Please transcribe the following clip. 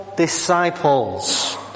disciples